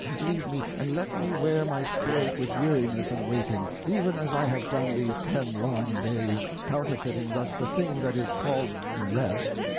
leave me, and let me wear my spirit with weariness and waiting, even as i have done these ten long days, counterfeiting thus the thing that is called rest,